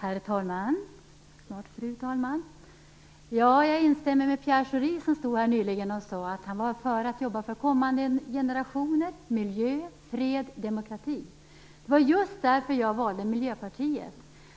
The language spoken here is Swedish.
Herr talman! Jag instämmer med Pierre Schori, som nyligen sade att han var för att jobba för kommande generationer, miljö, fred och demokrati. Det var just därför jag valde Miljöpartiet.